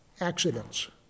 accidents